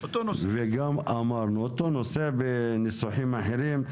אותו נושא בניסוחים אחרים,